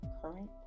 current